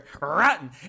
rotten